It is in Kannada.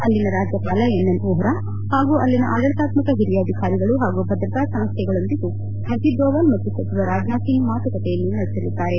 ಅಲ್ಲಿನ ರಾಜ್ಯಪಾಲ ಎನ್ ಎನ್ ವೋಹರಾ ಹಾಗೂ ಅಲ್ಲಿನ ಅಢಲೀತಾತ್ಕಕ ಹಿರಿಯ ಅಧಿಕಾರಿಗಳು ಹಾಗೂ ಭದ್ರತಾ ಸಂಸ್ಥೆಗಳೊಂದಿಗೂ ಅಜಿತ್ ಧೋವಲ್ ಮತ್ತು ಸಚಿವ ರಾಜನಾಥ್ ಸಿಂಗ್ ಮಾತುಕತೆಯನ್ನು ನಡೆಸಲಿದ್ದಾರೆ